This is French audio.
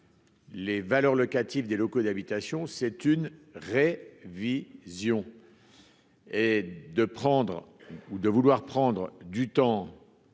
Les valeurs locatives des locaux d'habitation, c'est une raie vie Zion et de prendre ou de vouloir prendre du temps,